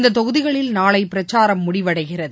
இந்ததொகுதிகளில் நாளைபிரச்சாரம் முடிவடைகிறது